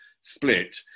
split